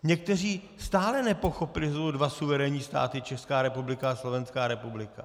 Někteří stále nepochopili, že jsou tu dva suverénní státy, Česká republika a Slovenská republika.